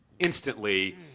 instantly